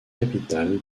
capitale